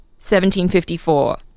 1754